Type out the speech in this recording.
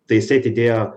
tai jisai atidėjo